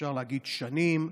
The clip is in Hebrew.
אפשר להגיד, שנים,